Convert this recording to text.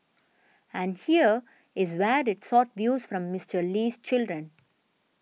and here is where it sought views from Mister Lee's children